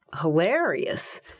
hilarious